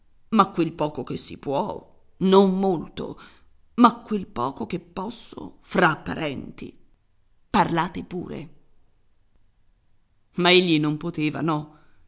ma quel poco che si può non molto ma quel poco che posso fra parenti parlate pure ma egli non poteva